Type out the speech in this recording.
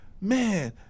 man